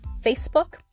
facebook